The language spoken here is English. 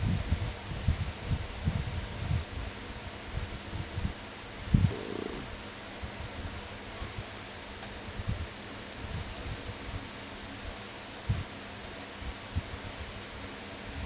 err